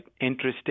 interesting